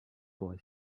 boy